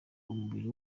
umubiri